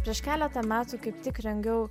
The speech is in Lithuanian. prieš keletą metų kaip tik rengiau